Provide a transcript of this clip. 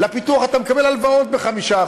לפיתוח אתה מקבל הלוואות ב-5%.